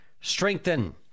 strengthen